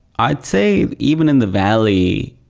i'd say even in the valley,